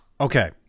Okay